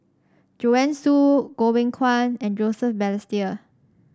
Joanne Soo Goh Beng Kwan and Joseph Balestier